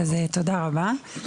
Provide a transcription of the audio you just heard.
תודה רבה.